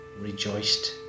Rejoiced